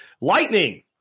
Lightning